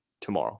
tomorrow